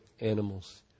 animals